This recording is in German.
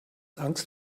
angst